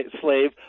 slave